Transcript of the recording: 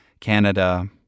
Canada